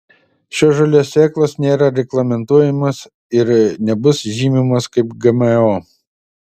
šios žolės sėklos nėra reglamentuojamos ir nebus žymimos kaip gmo